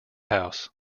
house